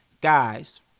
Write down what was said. Guys